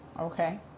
Okay